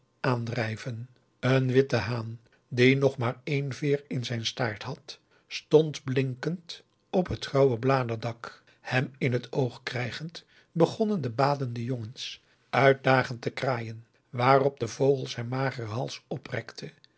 aandrijven een witte haan die nog maar éen veer in zijn staart had stond blinkend op het grauwe bladerdak hem in het oog krijgend begonnen de badende jongens uitdagend te kraaien waarop de vogel zijn mageren hals